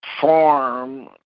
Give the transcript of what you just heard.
form